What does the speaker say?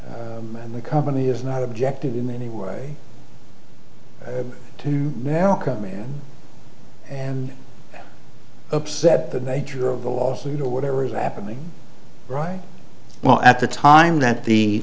and the company is not objective in the anyway to now come in and upset the nature of the lawsuit or whatever is happening right well at the time that the